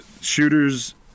shooters